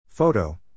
Photo